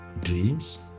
dreams